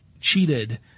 cheated